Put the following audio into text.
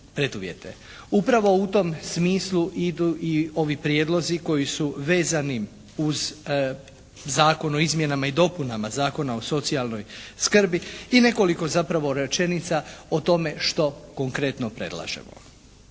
Upravo u tom smislu idu i ovi prijedlozi koji su vezani uz Zakona o izmjenama i dopunama Zakona o socijalnoj skrbi i nekoliko zapravo rečenica o tome što konkretno predlažemo.